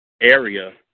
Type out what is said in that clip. area